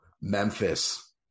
Memphis